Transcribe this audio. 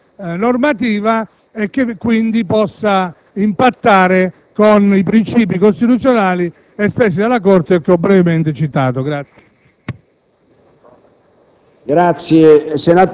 la portata di questa normativa e che quindi possa impattare con i princìpi costituzionali espressi dalla Corte che ho brevemente citato.